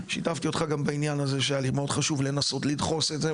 ושיתפתי אותך גם בעניין הזה שהיה לי מאוד חשוב לנסות לדחוס את זה,